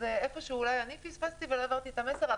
אז כנראה שאני פספסתי ולא העברתי את המסר.